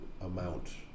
amount